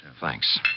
Thanks